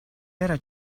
era